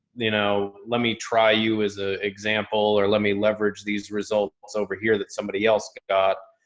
you know, let me try you as a example, or let me leverage these results. it's over here that somebody else got,